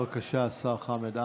בבקשה, השר חמד עמאר.